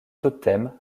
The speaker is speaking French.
totem